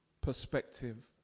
perspective